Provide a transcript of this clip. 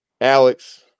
Alex